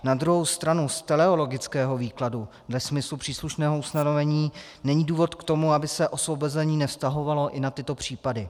Na druhou stranu, z teleologického výkladu ve smyslu příslušného ustanovení není důvod k tomu, aby se osvobození nevztahovalo i na tyto případy.